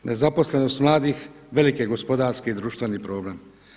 Nezaposlenost mladih velik je gospodarski i društveni problem.